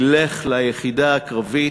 ילך ליחידה קרבית,